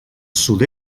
sud